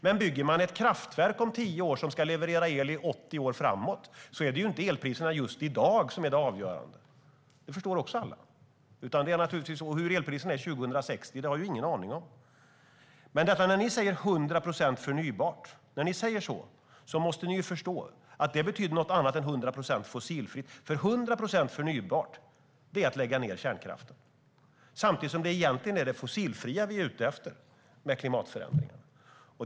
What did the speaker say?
Men om man bygger ett kraftverk om tio år som ska leverera el i 80 år framåt är det inte elpriserna just i dag som är det avgörande. Det förstår också alla. Vi har ingen aning om hur elpriserna är 2060. När ni säger 100 procent förnybart måste ni förstå att det betyder något annat än 100 procent fossilfritt. 100 procent förnybart är att lägga ned kärnkraften, samtidigt som det egentligen är det fossilfria vi är ute efter med klimatförändringen.